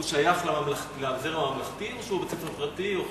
שייך לזרם הממלכתי או שהוא בית-ספר פרטי או חלקי?